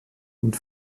und